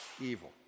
evil